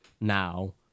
Now